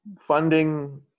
funding